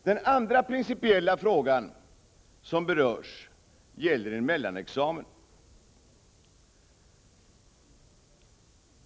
Den andra principiella fråga som berörs gäller en mellanexamen.